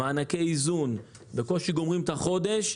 תלויות במענקי איזון ובקושי גומרים את החודש.